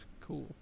cool